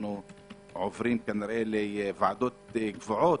ואנחנו עוברים כנראה לוועדות קבועות,